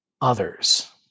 others